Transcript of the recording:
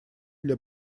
для